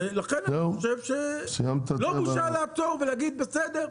ולכן אני חושב שזו לא בושה לעצור ולהגיד בסדר.